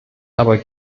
aber